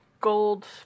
gold